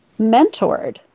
mentored